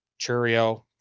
Churio